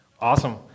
Awesome